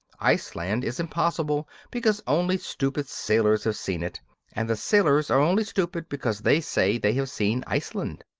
iceland is impossible because only stupid sailors have seen it and the sailors are only stupid because they say they have seen iceland.